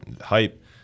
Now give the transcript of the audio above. Hype